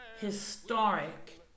historic